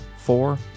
four